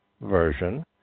version